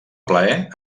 plaer